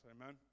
Amen